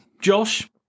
Josh